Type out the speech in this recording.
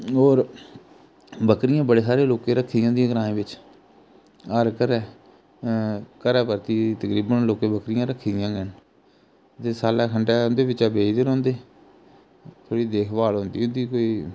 होर बकरिया बड़े सारे लोके रक्खी दी होदियां ग्रांए बिच्च हर घरै घरै प्रति तकरीबन लोकें बकरियां रक्खी दी गै न जेकर साले खंडै उं'दे बिच्चा बेचदे रौंह्दे थोह्ड़ी देखभाल होंदी उं'दी कोई